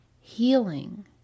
healing